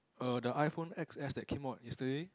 err the iPhone X_S that came out yesterday